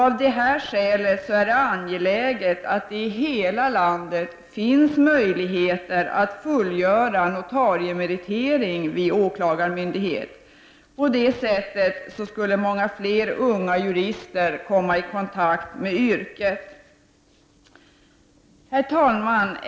Av detta skäl är det angeläget att det i hela landet finns möjligheter att fullgöra notariemeritering vid åklagarmyndighet. På detta sätt skulle många fler unga jurister komma i kontakt med yrket. Herr talman!